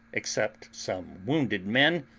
except some wounded men,